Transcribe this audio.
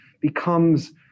becomes